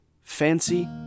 fancy